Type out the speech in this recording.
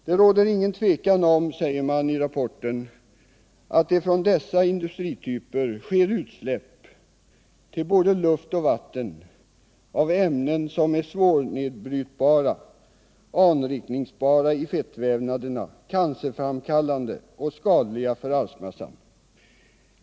Det råder ingen tvekan om, säger man i rapporten, att det från dessa industrityper sker utsläpp till både luft och vatten av ämnen som är svårnedbrytbara, anrikningsbara i fettvävnaderna, cancerframkallande och skadliga för arvsmassan.